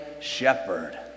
shepherd